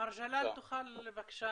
מר ג'לאל, תוכל להגיב,